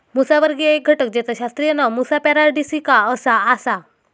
मुसावर्गीय एक घटक जेचा शास्त्रीय नाव मुसा पॅराडिसिका असा आसा